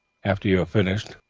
after you have finished,